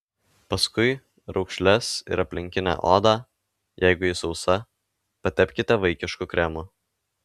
paskui raukšles ir aplinkinę odą jeigu ji sausa patepkite vaikišku kremu